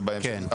כן.